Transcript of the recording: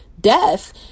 death